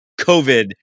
COVID